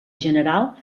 general